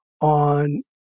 on